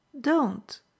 don't